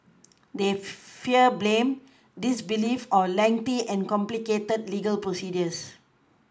they fear blame disbelief or lengthy and complicated legal procedures